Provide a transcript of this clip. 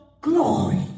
glory